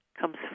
comes